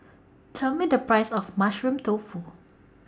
Tell Me The Price of Mushroom Tofu